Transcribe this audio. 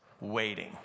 waiting